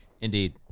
Indeed